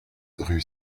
rue